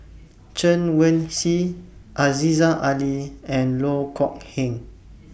Chen Wen Hsi Aziza Ali and Loh Kok Heng